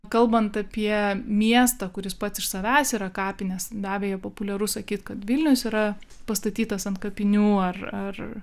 kalbant apie miestą kuris pats iš savęs yra kapinės be abejo populiaru sakyt kad vilnius yra pastatytas ant kapinių ar ar